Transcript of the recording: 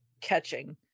catching